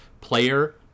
player